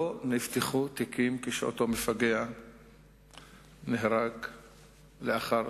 לא נפתחו תיקים כשאותו מפגע נהרג לאחר